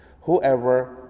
Whoever